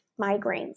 migraines